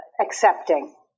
accepting